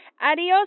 Adios